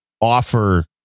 offer